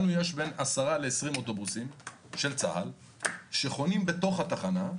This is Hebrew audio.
לנו יש בין 10 ל-20 אוטובוסים של צה"ל שחונים בתוך התחנה,